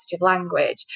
language